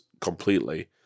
completely